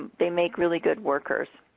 they make really good workers.